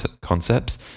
concepts